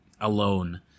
alone